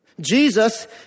Jesus